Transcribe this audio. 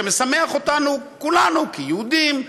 שמשמח אותנו כולנו כיהודים,